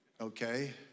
Okay